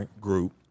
group